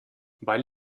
weil